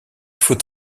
faut